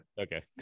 Okay